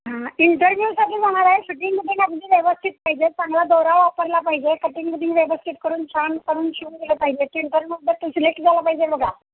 हां इंटरव्ह्यूसाठी जाणार आहे शुटिंग बिटिंग अगदी व्यवस्थित पाहिजे चांगला दोरा वापरला पाहिजे कटींग बिटिंग व्यवस्थित करून छान करून शिवूून दिलं पाहिजे इंटरव्यूमध्ये सिलेक्ट झाला पाहिजे बघा